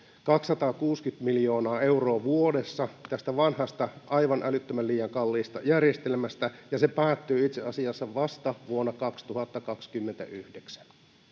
kaksisataakuusikymmentä miljoonaa euroa vuodessa tästä vanhasta aivan älyttömän kalliista liian kalliista järjestelmästä ja se päättyy itse asiassa vasta vuonna kaksituhattakaksikymmentäyhdeksän